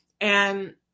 And-